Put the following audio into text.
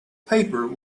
paper